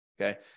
okay